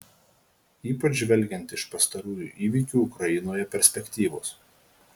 ypač žvelgiant iš pastarųjų įvykių ukrainoje perspektyvos